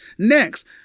Next